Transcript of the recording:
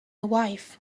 wife